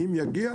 אם יגיע,